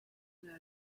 there